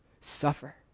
suffer